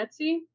Etsy